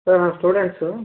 sir students